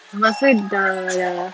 pasal dah ya lah